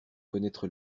connaître